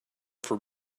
for